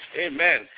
Amen